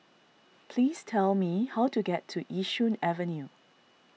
please tell me how to get to Yishun Avenue